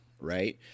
right